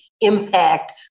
impact